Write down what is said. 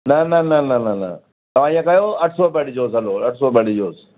न न न न न न तव्हां ईअं कयो अठ सौ रुपया ॾिजो चलो अठ सौ रुपया ॾिजोसि